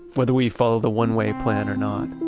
whether we follow the one-way plan or not.